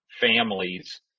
families